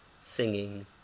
singing